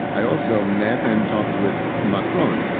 i also met and talked with macron.